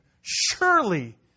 surely